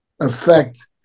affect